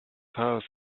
house